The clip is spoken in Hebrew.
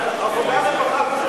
עבודה, רווחה ובריאות.